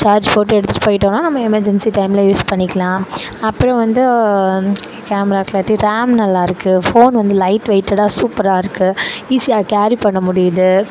charge போட்டு எடுத்துகிட்டு போய்ட்டோனா நம்ம எமர்ஜென்சி டைமில் யூஸ் பண்ணிக்கலாம் அப்றம் வந்து கேம்ரா கிளாரிட்டி ரேம் நல்லாயிருக்கு ஃபோன் வந்து லைட் வெயிட்டடா சூப்பராக இருக்கு ஈஸியாக கேரி பண்ண முடியுது